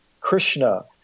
Krishna